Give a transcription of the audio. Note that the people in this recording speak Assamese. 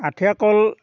আঠিয়া কল